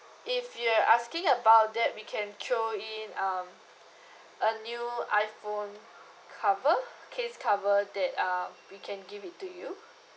if you're asking about that we can throw in um a new iphone cover case cover that um we can give it to you